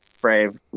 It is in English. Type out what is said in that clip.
brave